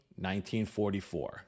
1944